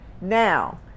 Now